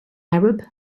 arab